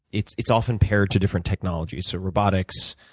it's it's often paired to different technologies, so robotics,